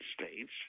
States